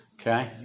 Okay